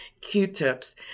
Q-tips